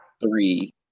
three